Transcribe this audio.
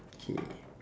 K